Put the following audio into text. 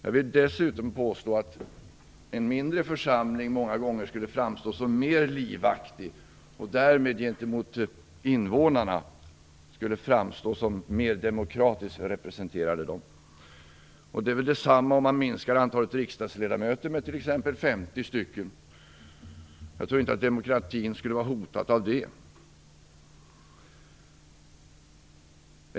Jag vill dessutom påstå att en mindre församling många gånger skulle framstå som mer livaktig och därmed som mer demokratisk och representativ för invånarna. Detsamma gäller om man minskade antalet riksdagsledamöter med t.ex. 50 stycken. Jag tror inte att demokratin skulle vara hotad av det.